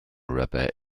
rapper